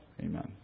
Amen